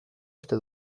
uste